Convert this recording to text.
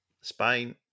Spain